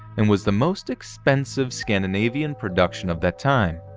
and was the most expensive scandinavian production of that time.